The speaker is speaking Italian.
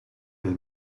del